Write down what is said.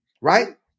right